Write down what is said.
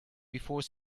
before